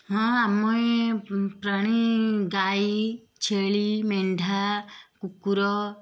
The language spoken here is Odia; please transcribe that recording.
ହଁ ଆମ ଏ ପ୍ରାଣୀ ଗାଈ ଛେଳି ମେଣ୍ଢା କୁକୁର